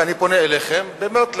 ואני פונה אליכם באמת,